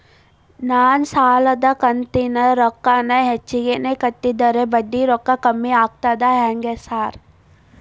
ನಾನ್ ಸಾಲದ ಕಂತಿನ ರೊಕ್ಕಾನ ಹೆಚ್ಚಿಗೆನೇ ಕಟ್ಟಿದ್ರ ಬಡ್ಡಿ ರೊಕ್ಕಾ ಕಮ್ಮಿ ಆಗ್ತದಾ ಹೆಂಗ್ ಸಾರ್?